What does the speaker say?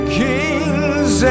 kings